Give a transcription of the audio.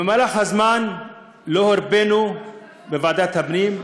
במהלך הזמן לא הרפינו בוועדת הפנים,